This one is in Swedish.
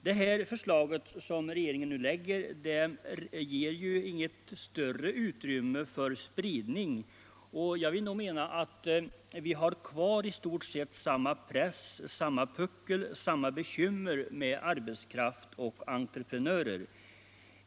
Det förslag som regeringen nu framlägger ger ju inget större utrymme för spridning. Jag vill nog mena att vi har kvar i stort sett samma press, samma puckel, samma bekymmer med arbetskraft och entreprenörer.